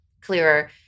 clearer